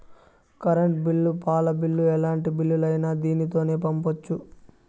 current bill పాల bill ఎలాంటి బిల్లులైనా దీనితోనే పంపొచ్చు